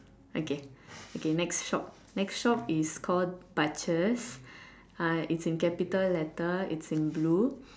okay okay next shop next shop is called butcher's uh it's in capital letter it's in blue